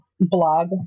blog